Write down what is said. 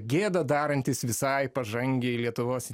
gėdą darantys visai pažangiai lietuvos